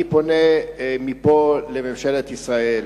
אני פונה מפה אל ממשלת ישראל: